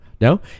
No